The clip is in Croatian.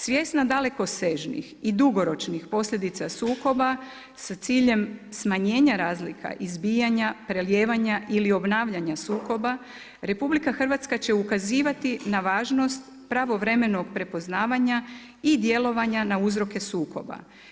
Svjesna dalekosežnih i dugoročnih posljedica sukoba sa ciljem smanjenja razlika izbijanja, prelijevanja ili obnavljanja sukoba Republika Hrvatska će ukazivati na važnost pravovremenog prepoznavanja i djelovanja na uzroke sukoba.